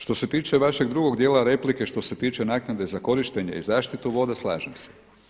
Što se tiče vašeg drugog dijela replike, što se tiče naknade za korištenje i voda slažem se.